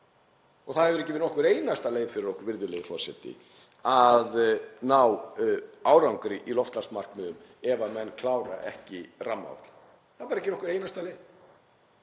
Það er ekki nokkur einasta leið fyrir okkur, virðulegi forseti, að ná árangri í loftslagsmarkmiðum ef menn klára ekki rammaáætlun. Það er bara ekki nokkur einasta leið,